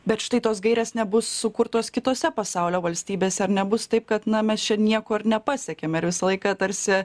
bet štai tos gairės nebus sukurtos kitose pasaulio valstybėse ar nebus taip kad na mes čia nieko ir nepasiekiam ir visą laiką tarsi